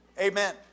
Amen